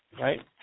right